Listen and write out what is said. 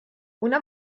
una